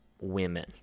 women